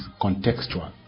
contextual